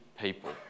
people